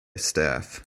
staff